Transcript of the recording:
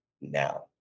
now